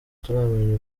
turamenya